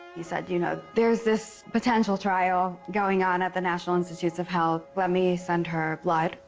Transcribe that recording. he said, you know, there's this potential trial going on at the national institutes of health. let me send her blood.